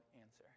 answer